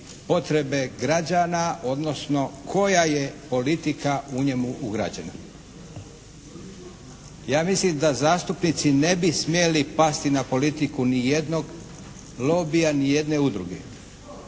potrebe građana odnosno koja je politika u njemu ugrađena? Ja mislim da zastupnici ne bi smjeli pasti na politiku ni jednog lobija, ni jedne udruge.